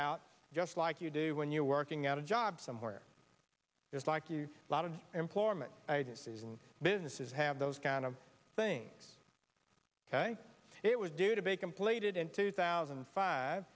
out just like you do when you're working at a job somewhere it's like you a lot of employment agencies and businesses have those kind of things it was due to be completed in two thousand and five